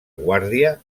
guàrdia